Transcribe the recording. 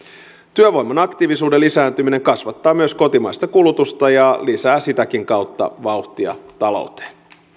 työvoiman aktiivisuuden lisääntyminen kasvattaa myös kotimaista kulutusta ja lisää sitäkin kautta vauhtia talouteen